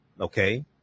Okay